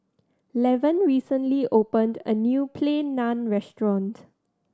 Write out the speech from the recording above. Levon recently opened a new Plain Naan Restaurant